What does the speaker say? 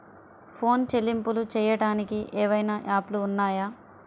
Phone చెల్లింపులు చెయ్యటానికి ఏవైనా యాప్లు ఉన్నాయా?